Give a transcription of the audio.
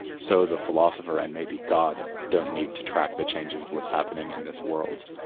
so, the philosopher and maybe god don't need to track the changes of what's happening in this world.